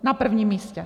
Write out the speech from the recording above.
Na prvním místě!